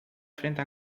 frente